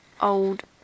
old